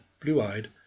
blue-eyed